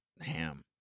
ham